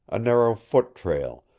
a narrow foot trail,